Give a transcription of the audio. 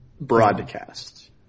Broadcast